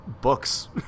books